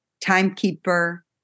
timekeeper